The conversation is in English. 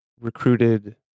recruited